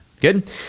Good